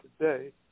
today